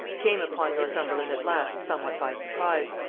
came upon northumberland at last somewhat by surprise,